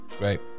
right